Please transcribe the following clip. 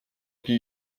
più